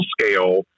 scale